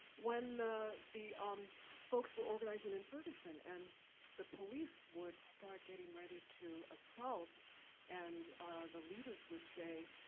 when the the um folks were organizing in ferguson and the police would start getting ready to assault and the leaders would say,